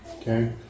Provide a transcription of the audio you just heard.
okay